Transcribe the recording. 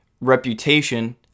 reputation